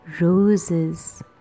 roses